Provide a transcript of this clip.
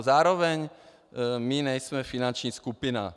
Zároveň my nejsme finanční skupina.